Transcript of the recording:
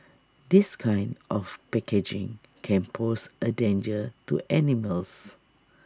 this kind of packaging can pose A danger to animals